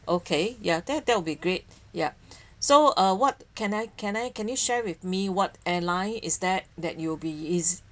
okay ya that that will be great yup so uh what can I can I can you share with me what airline is that that you will be is